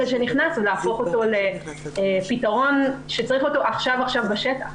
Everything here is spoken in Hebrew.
שנכנס ולהפוך אותו לפתרון שצריך אותו עכשיו בשטח.